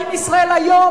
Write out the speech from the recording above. האם ישראל היום,